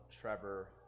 Trevor